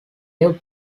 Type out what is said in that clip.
new